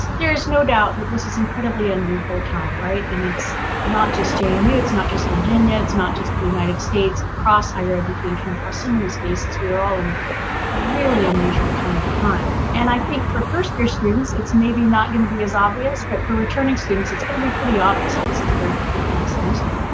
there's no doubt that this is incredibly unusual time right? and it's not just jmu, um yeah it's not just virginia, it's not just the united states. across higher education, across so many spaces we're all in a really unusual kind of time. and i think for first-year students it's maybe not going to be as obvious but for returning students it's going to be pretty obvious that this is a very different kind of semester.